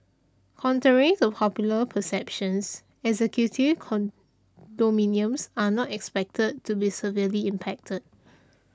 contrary to popular perceptions executive condominiums are not expected to be severely impacted